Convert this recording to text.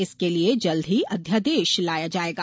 इसके लिए जल्द ही अध्यादेश लाया जायेगा